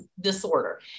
disorder